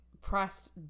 pressed